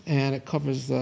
and it covers,